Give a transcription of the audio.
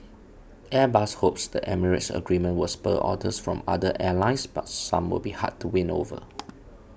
Airbus hopes the Emirates agreement will spur orders from other airlines but some will be hard to win over